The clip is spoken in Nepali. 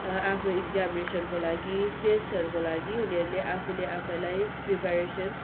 आफ्नो इक्जामिनेसनको लागि टेस्टहरूको लागि उनीहरूले आफूले आफैलाई प्रिपरेसन